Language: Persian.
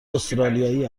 استرالیایی